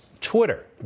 Twitter